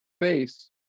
face